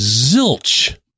Zilch